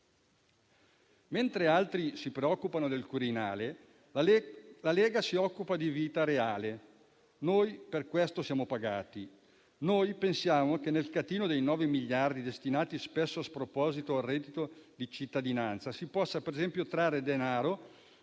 Mentre altri si preoccupano del Quirinale, la Lega si occupa di vita reale. Noi per questo siamo pagati. Noi pensiamo che dal catino dei 9 miliardi destinati, spesso a sproposito, al reddito di cittadinanza, si possa, per esempio, trarre denaro